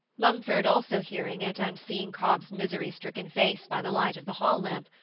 mumford, also hearing it, and seeing cobb's misery-stricken face by the light of the hall lamp,